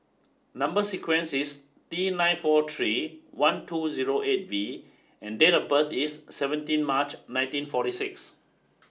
number sequence is T nine four three one two zero eight V and date of birth is seventeen March nineteen forty six